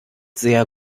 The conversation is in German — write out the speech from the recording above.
sehr